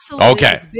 okay